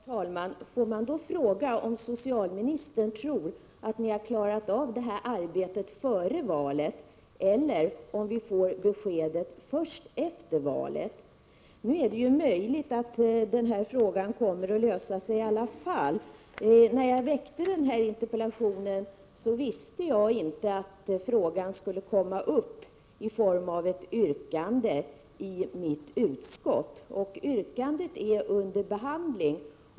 Herr talman! Får man då fråga om socialministern tror att ni har klarat av detta arbete före valet eller om vi får beskedet först efter valet? Nu är det möjligt att frågan kommer att lösas i alla fall. När jag väckte interpellationen visste jag inte att frågan skulle komma upp i form av ett yrkande i det utskott jag tillhör. Detta yrkande är nu under behandling.